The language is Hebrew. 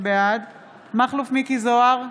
בעד מכלוף מיקי זוהר,